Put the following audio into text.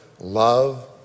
Love